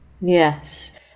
Yes